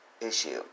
issue